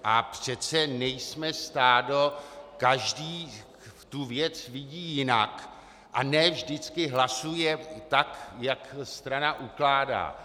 A přece nejsme stádo, každý tu věc vidí jinak a ne vždycky hlasuje, jak strana ukládá.